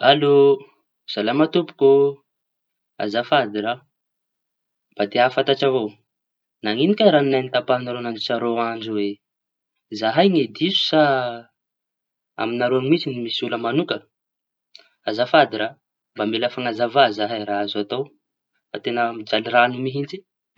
Alô, salama tompoko ô! Azafady raha mba te hafantatsa avao nañino kay rañonay notapahiñareo nandritry roa andro io e! Zahay ny diso sa amiñareo mihitsy misy ola mañoka. Azafady raha mba mila fañazava zahay raha azo atao da teña mijaly raño mihitsy.